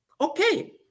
Okay